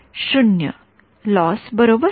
0 loss बरोबर